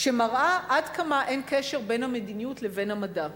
שמראה עד כמה אין קשר בין המדיניות לבין המדע.